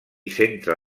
centre